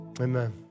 amen